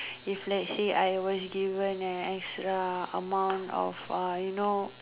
if let's say I was given an extra amount of you know